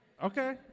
Okay